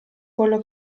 quello